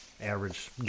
average